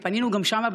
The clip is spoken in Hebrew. ופנינו גם שם,